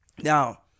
Now